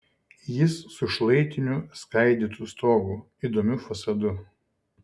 jis su šlaitiniu skaidytu stogu įdomiu fasadu